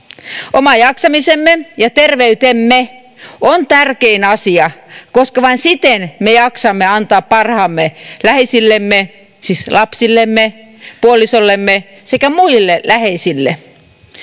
oma jaksamisemme ja terveytemme on tärkein asia koska vain siten me jaksamme antaa parhaamme läheisillemme siis lapsillemme puolisollemme sekä muille läheisille